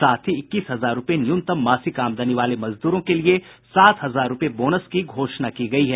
साथ ही इक्कीस हजार रुपये न्यूनतम मासिक आमदनी वाले मजदूरों के लिए सात हजार रूपये बोनस की घोषणा की गयी है